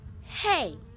Hey